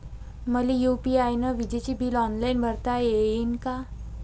मले यू.पी.आय न विजेचे बिल ऑनलाईन भरता येईन का?